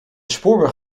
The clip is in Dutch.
spoorweg